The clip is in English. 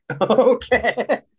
okay